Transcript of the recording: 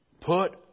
put